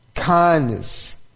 kindness